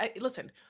listen